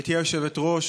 גברתי היושבת-ראש,